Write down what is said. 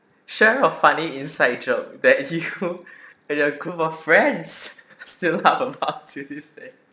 share a funny inside joke that you with your group of friends still laugh about till these day